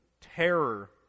terror